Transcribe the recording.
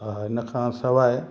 हा हिन खां सवाइ